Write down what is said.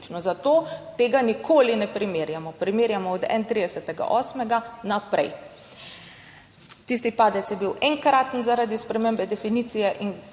zato tega nikoli ne primerjamo, primerjamo od 31. 8. naprej. Tisti padec je bil enkraten zaradi spremembe definicije in